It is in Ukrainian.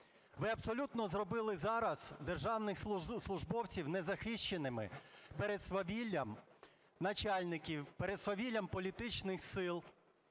Ви абсолютно зробили зараз державних службовців не захищеними перед свавіллям начальників, перед свавіллям політичних сил.